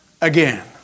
again